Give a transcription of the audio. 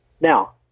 Now